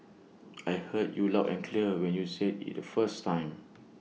I heard you loud and clear when you said IT the first time